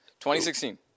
2016